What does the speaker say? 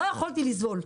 לא יכולתי לסבול.